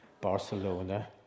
Barcelona